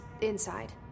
inside